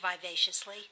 vivaciously